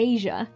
Asia